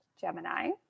Gemini